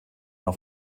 auf